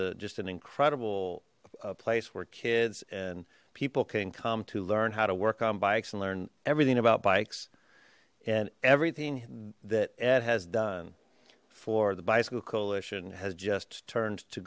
a just an incredible a place where kids and people can come to learn how to work on bikes and learn everything about bikes and everything that ed has done for the bicycle coalition has just turned to